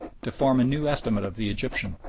to form a new estimate of the egyptian,